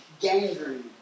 gangrene